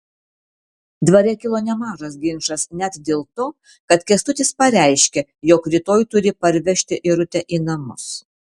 dvare kilo nemažas ginčas net dėl to kad kęstutis pareiškė jog rytoj turi parvežti irutę į namus